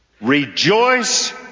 Rejoice